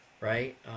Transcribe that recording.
Right